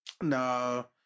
No